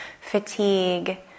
fatigue